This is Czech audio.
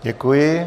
Děkuji.